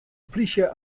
plysje